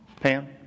Pam